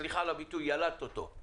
סליחה על הביטוי, ילד אותו.